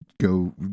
go